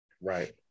Right